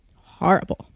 horrible